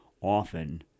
often